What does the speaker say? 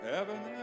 Heaven